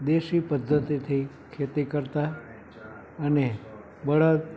દેશી પદ્ધતિથી ખેતી કરતા અને બળદ